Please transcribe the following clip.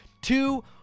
Two